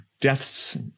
deaths